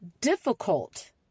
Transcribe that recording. difficult